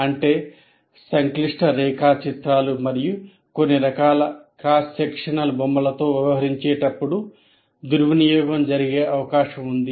అంటే సంక్లిష్ట రేఖాచిత్రాలు మరియు కొన్ని రకాల క్రాస్ సెక్షనల్ బొమ్మలతో వ్యవహరించేటప్పుడు దుర్వినియోగం జరిగే అవకాశం ఉంది